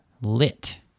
lit